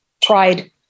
tried